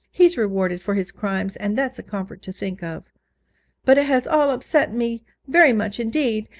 he's rewarded for his crimes, and that's a comfort to think of but it has all upset me very much indeed,